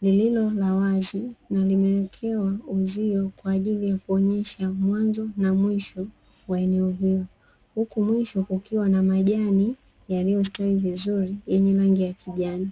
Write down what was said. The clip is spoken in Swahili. lililo la wazi, na limewekewa uzio kwa ajili ya kuonyesha mwanzo na mwisho wa eneo hilo, huku mwisho kukiwa na majani yaliyostawi vizuri yenye rangi ya kijani.